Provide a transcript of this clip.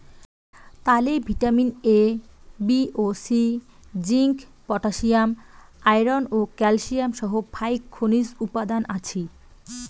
তালে vitamin A, B ও C, zinc, potassium, iron ও ক্যালসিয়াম সহ ফাইক খনিজ উপাদান আছি